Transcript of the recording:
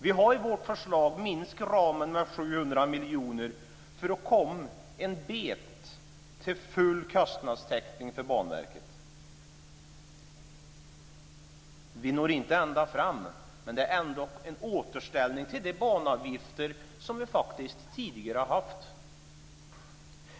Vi har i vårt förslag minskat ramen med 700 miljoner för att komma en bit på väg mot full kostnadstäckning för Banverket. Vi når inte ända fram, men det är ändå en återställning till de banavgifter som vi faktiskt tidigare har haft.